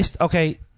Okay